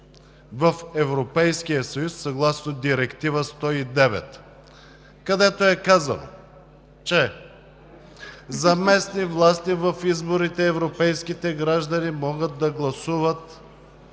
в Европейския съюз, съгласно Директива 109, където е казано, че за местни власти в изборите европейските граждани могат да гласуват